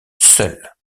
seul